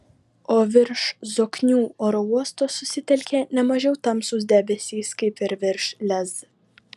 o virš zoknių oro uosto susitelkė ne mažiau tamsūs debesys kaip ir virš lez